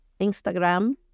Instagram